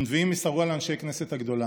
ונביאים מסרוה לאנשי כנסת הגדולה".